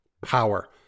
power